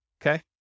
Okay